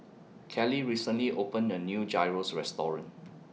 Kelley recently opened A New Gyros Restaurant